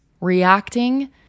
Reacting